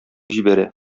җибәрә